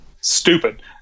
stupid